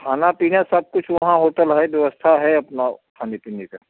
खाना पीना सब कुछ वहाँ होटल है व्यवस्था है अपनी खाने पीने की